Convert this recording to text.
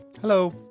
Hello